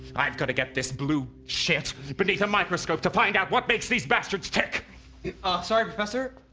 i've got to get this blue shit beneath a microscope to find out what makes these bastards tick sorry professor?